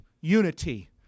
unity